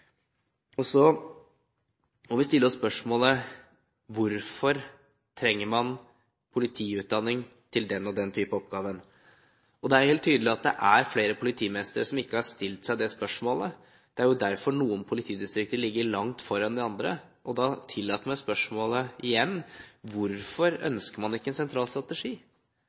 Så må vi stille oss spørsmålet: Hvorfor trenger man politiutdanning til den og den typen oppgave? Det er helt tydelig at det er flere politimestre som ikke har stilt seg det spørsmålet. Det er derfor noen politidistrikter ligger langt foran de andre, og da tillater jeg meg spørsmålet igjen: Hvorfor ønsker man ikke en sentral strategi?